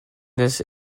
this